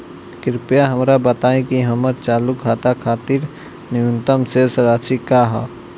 कृपया हमरा बताइं कि हमर चालू खाता खातिर न्यूनतम शेष राशि का ह